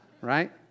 Right